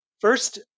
first